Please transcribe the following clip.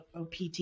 opt